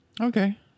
okay